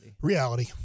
Reality